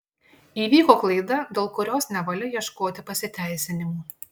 įvyko klaida dėl kurios nevalia ieškoti pasiteisinimų